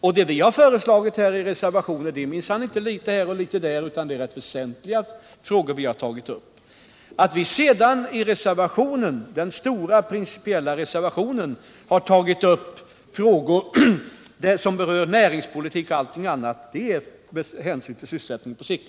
Vad vi har föreslagit i reservationen på denna punkt är minsann inte bara litet här och litet där, utan vi har tagit upp väsentliga frågor. Att vi redan i den stora principiella reservationen har tagit upp frågor som rör näringspolitik och allt möjligt annat beror på att vi har tagit hänsyn till sysselsättningen på sikt.